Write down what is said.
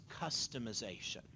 customization